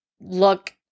look